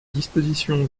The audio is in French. disposition